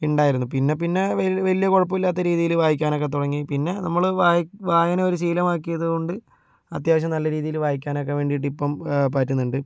ഉണ്ടായിരുന്നു പിന്നെപ്പിന്നെ വലിയ കുഴപ്പമില്ലാത്ത രീതിയില് വായിക്കാനൊക്കെ തുടങ്ങി പിന്നെ നമ്മള് വായന ഒരു ശീലമാക്കിയതുകൊണ്ട് അത്യാവശ്യം നല്ല രീതിയില് വായിക്കാനൊക്കെ വേണ്ടിയിട്ട് ഇപ്പോൾ പറ്റുന്നുണ്ട്